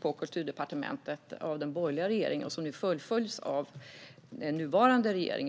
på Kulturdepartementet av den borgerliga regeringen och nu fullföljs av den nuvarande regeringen.